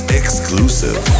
exclusive